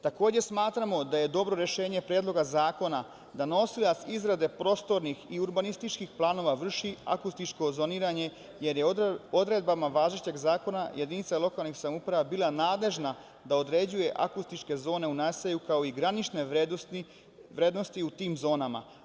Takođe, smatramo da je dobro rešenje Predloga zakona da nosilac izrade prostornih i urbanističkih planova vrši akustičko zoniranje, jer je odredbama važećeg zakona, jedinice lokalnih samouprava bila nadležna da određuje akustičke zone u naselju kao i granične vrednosti u tim zonama.